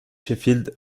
sheffield